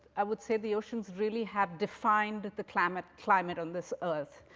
i would say the oceans really have defined the climate climate on this earth.